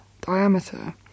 diameter